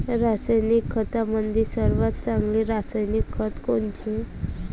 रासायनिक खतामंदी सर्वात चांगले रासायनिक खत कोनचे?